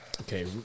Okay